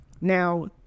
Now